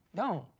don't.